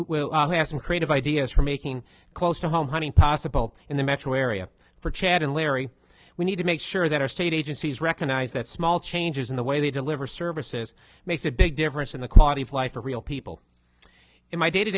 will have some creative ideas for making close to home hunting possible in the metro area for chad and larry we need to make sure that our state agencies recognize that small changes in the way they deliver services makes a big difference in the quality of life for real people in my day to